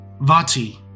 Vati